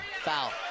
foul